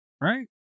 right